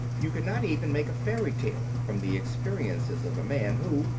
you could not even make a fairy tale from the experiences of a man who,